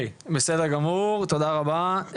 בסדר גמור, תודה רבה.